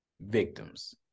victims